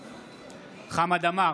בעד חמד עמאר,